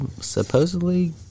supposedly